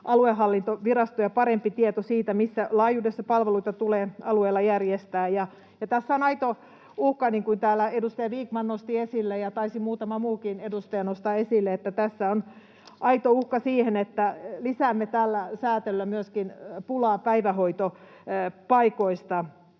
aluehallintovirastoja parempi tieto siitä, missä laajuudessa palveluita tulee alueella järjestää. Tässä on aito uhka, niin kuin täällä edustaja Vikman nosti esille ja taisi muutama muukin edustaja nostaa esille: tässä on aito uhka siihen, että lisäämme tällä säätelyllä myöskin pulaa päivähoitopaikoista.